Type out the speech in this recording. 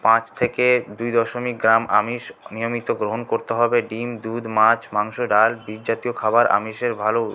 পাঁচ থেকে দুই দশমিক গ্রাম আমিষ নিয়মিত গ্রহণ করতে হবে ডিম দুধ মাছ মাংস ডাল বীজজাতীয় খাবার আমিষের ভালো